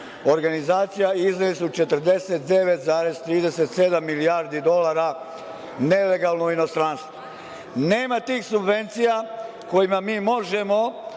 organizacija, izneli su 49,37 milijardi dolara nelegalno u inostranstvo. Nema tih subvencija kojima mi možemo